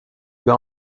peut